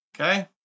Okay